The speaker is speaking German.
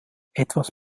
etwas